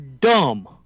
dumb